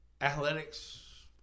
athletics